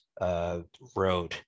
road